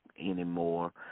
anymore